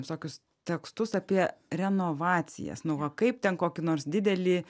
visokius tekstus apie renovacijas nu va kaip ten kokį nors didelį